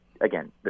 again